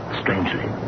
strangely